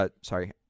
Sorry